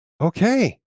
okay